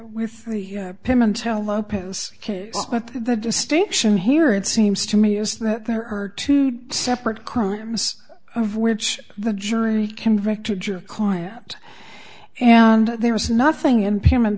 lopez but the distinction here it seems to me is that there are her to separate crimes of which the jury convicted your client and there was nothing impairment